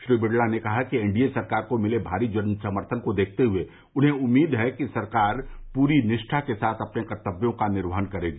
श्री बिड़ला ने कहा कि एनडीए सरकार को मिले भारी जन समर्थन को देखते हुए उन्हें उम्मीद है कि सरकार पूरी निष्ठा के साथ अपने कर्तव्यों का निर्वहन करेंगी